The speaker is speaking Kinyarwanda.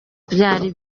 byari